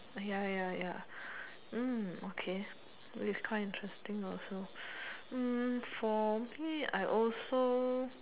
ya ya ya okay that is quite interesting also for me I also